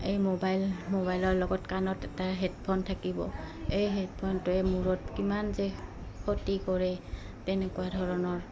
এই মোবাইল মোবাইলৰ লগত কাণত এটা হেডফোন থাকিব এই হেডফোনটোৱে মূৰত কিমান যে ক্ষতি কৰে তেনেকুৱা ধৰণৰ